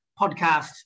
podcast